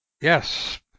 Yes